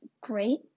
great